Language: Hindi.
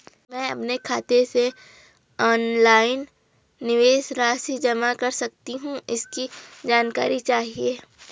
मैं अपने खाते से ऑनलाइन निवेश राशि जमा कर सकती हूँ इसकी जानकारी चाहिए?